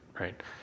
Right